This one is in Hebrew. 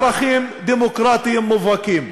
ערכים דמוקרטיים מובהקים.